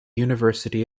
university